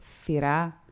Fira